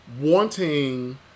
wanting